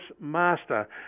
master